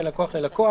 בין לקוח ללקוח,